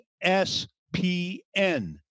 S-P-N